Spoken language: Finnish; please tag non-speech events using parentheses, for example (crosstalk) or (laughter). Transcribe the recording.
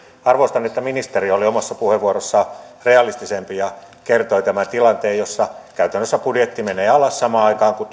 arvostan että ministeri oli omassa puheenvuorossaan realistisempi ja kertoi tämän tilanteen jossa käytännössä budjetti menee alas samaan aikaan kun (unintelligible)